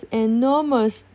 enormous